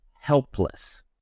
helpless